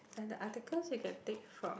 then the articles you can take from